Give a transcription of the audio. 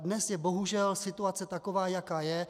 Dnes je bohužel situace taková, jaká je.